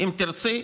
אם תרצי,